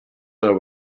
their